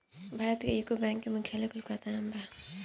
भारत में UCO bank के मुख्यालय कोलकाता में बा